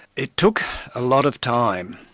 it took a lot of time.